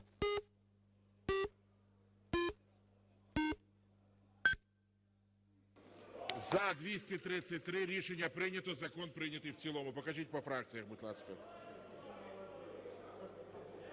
За-233 Рішення прийнято. Закон прийнятий в цілому. Покажіть по фракціям, будь ласка.